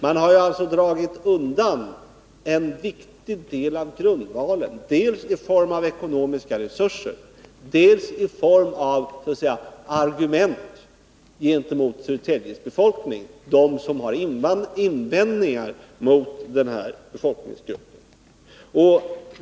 Man har ju dragit undan en viktig del av grundvalen, dels i form av ekonomiska resurser, dels i form av argument gentemot dem av Södertäljes befolkning som har invändningar mot den här befolkningsgruppen.